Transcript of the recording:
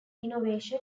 innovation